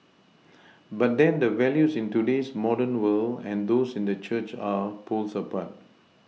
but then the values in today's modern world and those in the church are poles apart